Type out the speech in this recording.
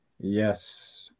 Yes